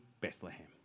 Bethlehem